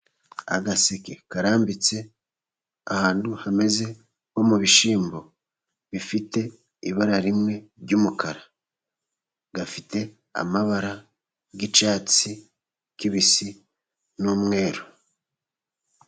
Agaseke karambitse ahantu hameze nko mu bishyimbo bifite ibara rimwe ry'umukara, gafite amabara y'icyatsi kibisi n'umweru.